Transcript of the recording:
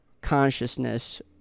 consciousness